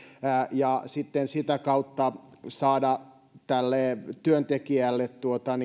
ja sitten sitä kautta saada tälle työntekijälle